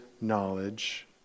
knowledge